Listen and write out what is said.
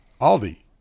aldi